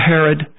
Herod